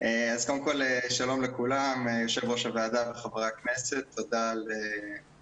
כל העולם הולך לכיוון של יותר אוטונומיה לצוותים בשטח בדגמים